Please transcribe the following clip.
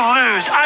lose